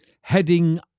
heading